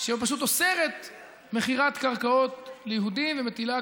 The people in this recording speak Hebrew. שפשוט אוסרת מכירת קרקעות ליהודים ומטילה,